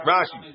Rashi